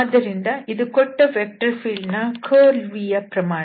ಆದ್ದರಿಂದ ಇದು ಕೊಟ್ಟ ವೆಕ್ಟರ್ ಫೀಲ್ಡ್ ಯ ಕರ್ಲ್ vಯ ಪ್ರಮಾಣ